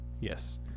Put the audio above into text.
Yes